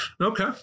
Okay